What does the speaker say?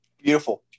Beautiful